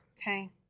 Okay